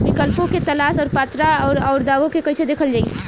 विकल्पों के तलाश और पात्रता और अउरदावों के कइसे देखल जाइ?